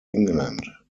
england